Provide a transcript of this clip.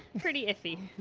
pretty iffy.